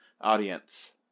audience